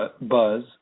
buzz